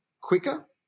quicker